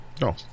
No